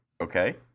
Okay